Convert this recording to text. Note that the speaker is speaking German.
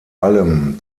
allem